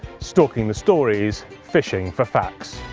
stalking the stories, fishing for facts.